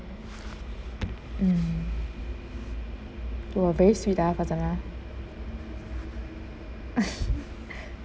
mm !wah! very sweet ah farsanah